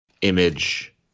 image